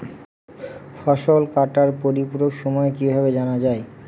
ফসল কাটার পরিপূরক সময় কিভাবে জানা যায়?